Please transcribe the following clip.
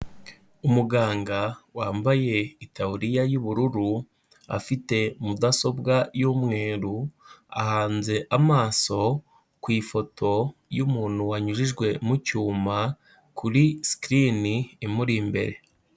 Umuganga wambaye itaburiya y'ubururu afite mudasobwa y'umweru ahanze amaso ku ifoto y'umuntu wanyujijwe mu cyuma kuri screen imuri imbere.